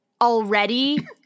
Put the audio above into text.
already